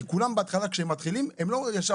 כי כולם בהתחלה כשהם מתחילים הם לא ישר